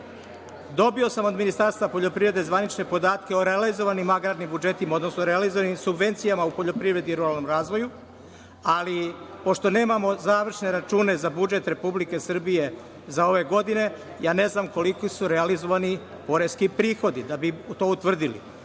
dobio sam od Ministarstva poljoprivrede zvanične podatke o realizovanim agrarnim budžetima, odnosno realizovanim subvencijama u poljoprivredi i ruralnom razvoju, ali pošto nemamo završne račune za budžet Republike Srbije za ove godine, ja ne znam koliko su realizovani poreski prihodi da bi to utvrdili.